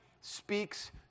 speaks